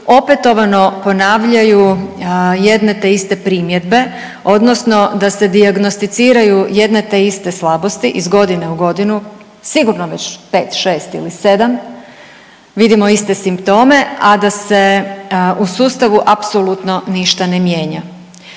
opetovano ponavljaju jedne te iste primjedbe odnosno da se dijagnosticiraju jedne te iste slabosti iz godine u godinu, sigurno već pet, šest, sedam vidimo iste simptome, a da se u sustavu apsolutno ništa ne mijenja.